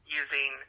using